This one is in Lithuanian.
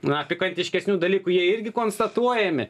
na pikantiškesnių dalykų jie irgi konstatuojami